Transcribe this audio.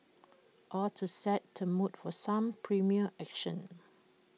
all to set the mood for some primal action